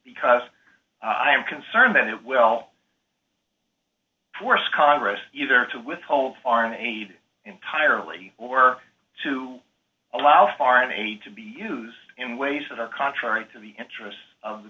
because i am concerned that it will force congress either to withhold foreign aid entirely or to allow foreign aid to be used in ways that are contrary to the interests of the